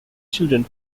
children